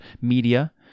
Media